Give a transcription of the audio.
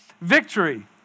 victory